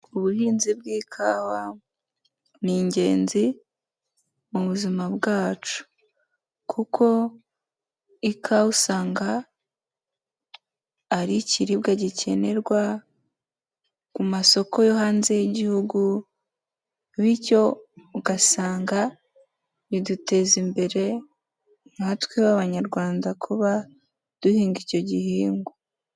Ubuhinzi bw'ikawa ni ingenzi mu buzima bwacu, kuko ikawa usanga ari ikiribwa gikenerwa mu masoko yo hanze y'igihugu, bityo ugasanga biduteza imbere nkatwe nk'abanyarwanda kuba duhinga icyo gihingwa.